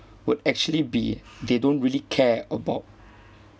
would actually be they don't really care about